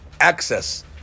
access